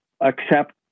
accept